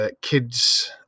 kids